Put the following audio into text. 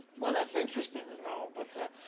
well, that's interesting to know. but,